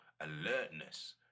alertness